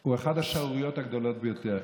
הוא אחת השערוריות הגדולות ביותר,